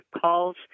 calls